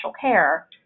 care